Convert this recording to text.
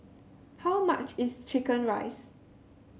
how much is chicken rice